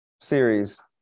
series